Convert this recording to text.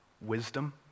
wisdom